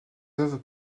œuvres